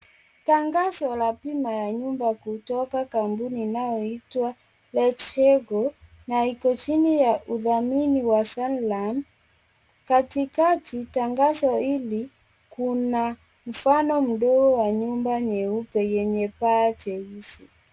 Tangazo la bima ya nyumba kutoka kampuni inayoitwa LetsheGo na iko chini ya udhamini wa Sanlum, katikati tangazo hili, kuna mfano mdogo wa nyumba nyeupe yenye paa jeusi.